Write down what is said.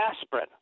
aspirin